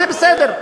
זה בסדר.